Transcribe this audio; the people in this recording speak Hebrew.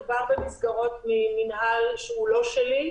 מדובר במסגרות ממנהל שהוא לא שלי.